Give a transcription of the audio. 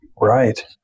Right